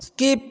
skip